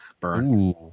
Burn